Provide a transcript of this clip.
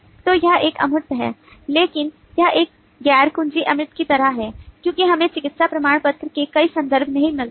तो यह एक अमूर्त है लेकिन यह एक गैर कुंजी अमूर्त की तरह है क्योंकि हमें चिकित्सा प्रमाण पत्र के कई संदर्भ नहीं मिलते हैं